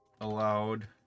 allowed